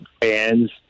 fans